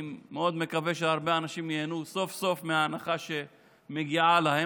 אני מאוד מקווה שהרבה אנשים ייהנו סוף-סוף מההנחה שמגיעה להם.